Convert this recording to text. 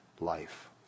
life